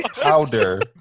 powder